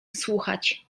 słuchać